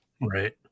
right